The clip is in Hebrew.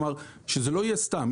כלומר, שזה לא יהיה סתם.